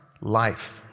life